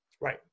Right